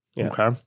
Okay